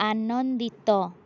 ଆନନ୍ଦିତ